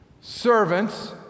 Servants